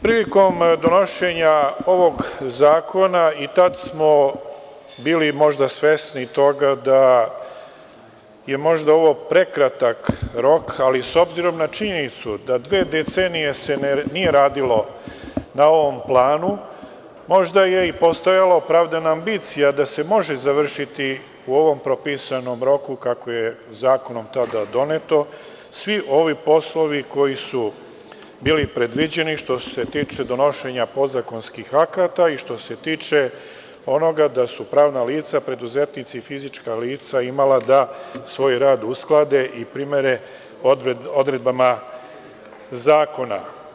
Prilikom donošenja ovog zakona i tada smo bili možda svesni toga da je možda ovo prekratak rok, ali s obzirom na činjenicu da se dve decenije nije radilo na ovom planu, možda je i postojala opravdana ambicija da se može završiti u ovom propisanom roku, kako je zakonom tada doneto, svi ovi poslovi koji su bili predviđeni što se tiče donošenja podzakonskih akata i što se tiče onoga da su pravna lica, preduzetnici i fizička lica imala da svoj rad usklade i primere odredbama zakona.